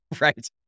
right